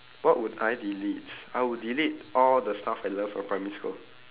what would I delete I would delete all the stuff I learnt from primary school